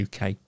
UK